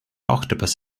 octopus